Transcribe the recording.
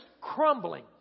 crumbling